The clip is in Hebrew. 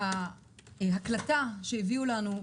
ההקלטה שהביאו לנו,